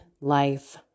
life